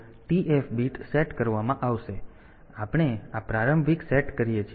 તેથી આપણે આ પ્રારંભિક સેટ કરીએ છીએ